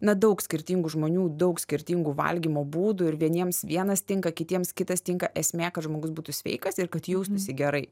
na daug skirtingų žmonių daug skirtingų valgymo būdų ir vieniems vienas tinka kitiems kitas tinka esmė kad žmogus būtų sveikas ir kad jaustųsi gerai